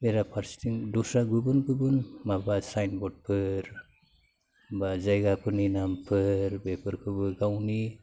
बेराफारसेथिं दस्रा गुबुन गुबुन माबा साइनबर्डफोर बा जायगाफोरनि नामफोर बेफोरखौबो गावनि